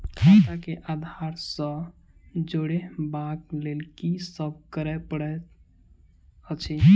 खाता केँ आधार सँ जोड़ेबाक लेल की सब करै पड़तै अछि?